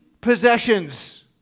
possessions